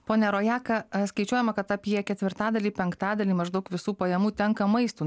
ponia rojaka skaičiuojama kad apie ketvirtadalį penktadalį maždaug visų pajamų tenka maistui